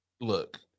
look